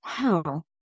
wow